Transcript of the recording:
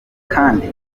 kandi